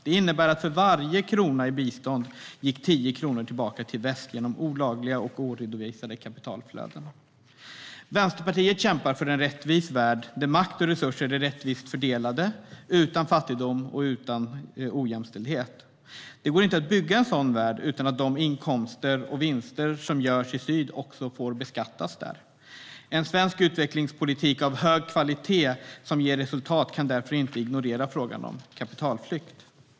För varje biståndskrona gick alltså 10 kronor tillbaka till väst genom olagliga och oredovisade kapitalflöden. Vänsterpartiet kämpar för en rättvis värld, där makt och resurser är rättvist fördelade utan fattigdom och ojämställdhet. Det går inte att bygga en sådan värld utan att de inkomster och vinster som görs i syd också får beskattas där. En svensk utvecklingspolitik av hög kvalitet som ger resultat kan därför inte ignorera frågan om kapitalflykt.